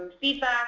feedback